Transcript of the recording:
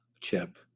Chip